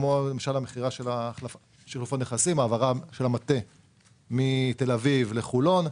כמו המכירה של הנכסים והעברת המטה מתל אביב לחולון.